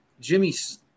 Jimmy's